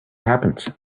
happened